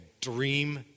dream